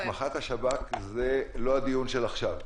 זה לא הדיון של עכשיו.